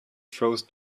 throws